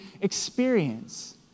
experience